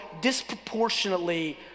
disproportionately